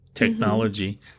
technology